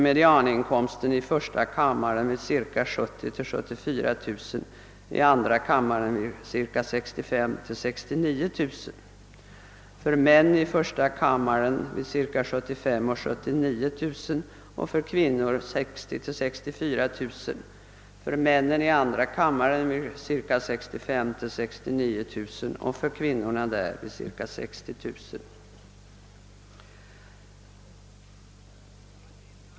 Medianinkomsten ligger i första kammaren vid ca 70000 å 74000 kronor och i andra kammaren vid ca 65 000 å 69 000 kronor. I första kammaren är medianin komsten för männen ca 75 000 å 79 000 och för kvinnorna ca 60 000 å 64 000 kronor; för männen i andra kammaren är den ca 65 000 å 69 000 och för kvinnorna ca 60 000.